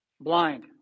blind